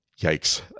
Yikes